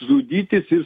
žudytis ir